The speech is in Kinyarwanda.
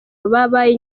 babaye